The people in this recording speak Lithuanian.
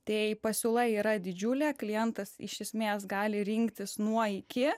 tai pasiūla yra didžiulė klientas iš esmės gali rinktis nuo iki